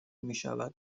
میشود